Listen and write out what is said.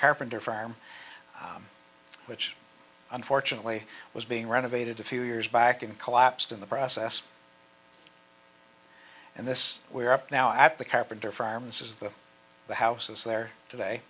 carpenter farm which unfortunately was being renovated a few years back and collapsed in the process and this we're up now at the carpenter farms is that the houses there